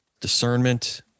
discernment